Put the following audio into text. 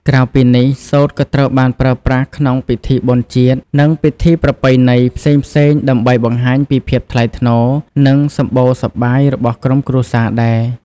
ក្រៅពីនេះ សូត្រក៏ត្រូវបានប្រើប្រាស់ក្នុងពិធីបុណ្យជាតិ និងពិធីប្រពៃណីផ្សេងៗដើម្បីបង្ហាញពីភាពថ្លៃថ្នូរ និងសម្បូរសប្បាយរបស់ក្រុមគ្រួសារដែរ។